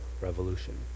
revolution